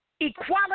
Equality